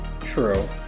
True